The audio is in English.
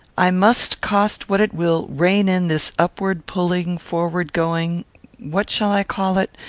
i must, cost what it will, rein in this upward-pulling, forward-going what shall i call it?